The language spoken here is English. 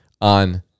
on